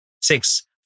Six